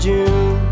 June